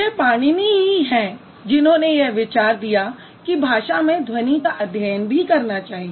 यह पाणिनी ही हैं जिन्होंने यह विचार दिया कि भाषा में ध्वनि का अध्ययन भी करना चाहिए